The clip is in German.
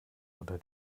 unter